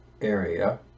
area